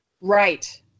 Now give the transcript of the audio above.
right